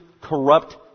corrupt